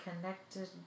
connected